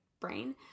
brain